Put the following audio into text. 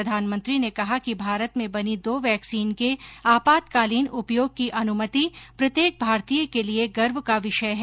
प्रधानमंत्री ने कहा कि भारत में बनी दो वैक्सीन के आपातकालीन उपयोग की अनुमति प्रत्येक भारतीय के लिए गर्व का विषय है